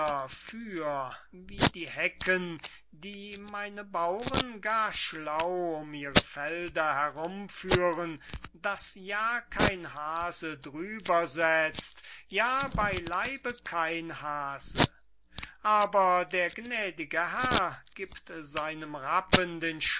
für wie die hecken die meine bauren gar schlau um ihre felder herumführen daß ja kein haase drüber setzt ja beileibe kein haase aber der gnädige herr gibt seinem rappen den